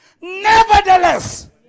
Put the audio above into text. Nevertheless